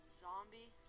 zombie